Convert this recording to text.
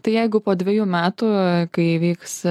tai jeigu po dvejų metų kai įvyks